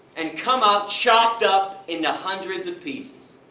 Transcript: and come out chopped up, into hundreds of pieces.